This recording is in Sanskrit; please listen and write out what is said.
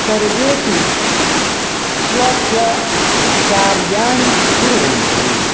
सर्वेपि स्व स्व कार्याणि कुर्वन्ति